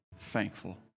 thankful